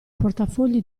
portafogli